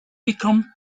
become